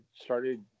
started